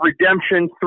redemption